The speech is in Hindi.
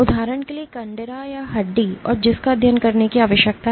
उदाहरण के लिए कण्डरा या हड्डी और जिसका अध्ययन करने की आवश्यकता है